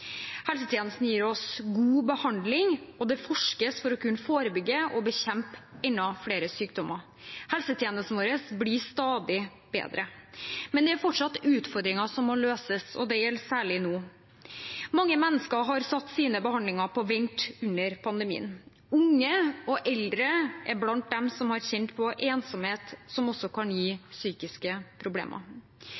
Helsetjenesten gir oss god behandling, og det forskes for å kunne forebygge og bekjempe enda flere sykdommer. Helsetjenesten vår blir stadig bedre. Men det er fortsatt utfordringer som må løses, og det gjelder særlig nå. Mange mennesker har satt sine behandlinger på vent under pandemien. Unge og eldre er blant dem som har kjent på ensomhet, som også kan gi